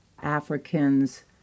Africans